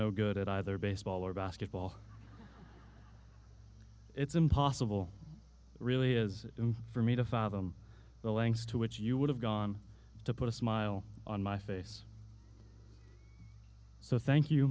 no good at either baseball or basketball it's impossible really is for me to fathom the lengths to which you would have gone to put a smile on my face so thank you